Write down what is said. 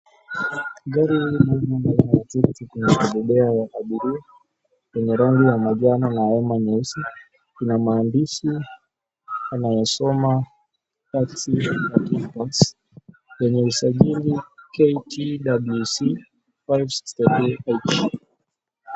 Gari hili ni la aina ya Tuktuk la kubebea abiria lenye rangi ya manjano na alama nyeusi. Ina maandishi yanayosoma TAXI3PASS yenye usajili KTWC 562H.